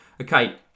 Okay